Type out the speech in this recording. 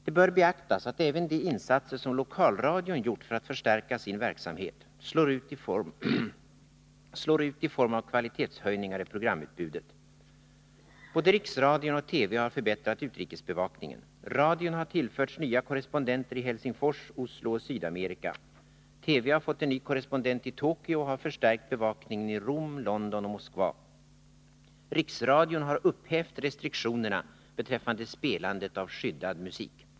Det bör beaktas att även de insatser som lokalradion gjort för att förstärka sin verksamhet slår ut i form av kvalitetshöjningar i programutbudet. Både riksradion och televisionen har förbättrat utrikesbevakningen. Radion har tillförts nya korrespondenter i Helsingfors, Oslo och Sydamerika. Televisionen har fått en ny korrespondent i Tokyo och har förstärkt bevakningen i Rom, London och Moskva. Riksradion har upphävt restriktionerna beträffande spelandet av skyddad musik.